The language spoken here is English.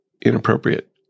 inappropriate